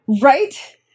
Right